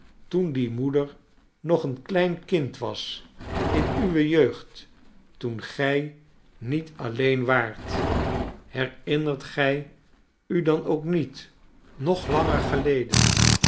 toen die moeder nog een klein kind was in uwe jeugd toen gij niet alleen waart herinnert gij u dan ook niet nog langer geleden